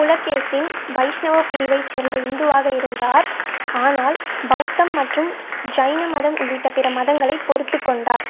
புலகேசின் வைஷ்ணவப் பிரிவைச் சேர்ந்த இந்துவாக இருந்தார் ஆனால் பௌத்தம் மற்றும் ஜைன மதம் உள்ளிட்ட பிற மதங்களை பொறுத்துக் கொண்டார்